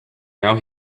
now